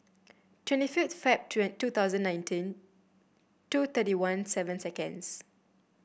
twenty fifth Feb two two thousand nineteen two thirty one seven seconds